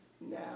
Now